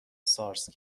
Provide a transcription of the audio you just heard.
سارس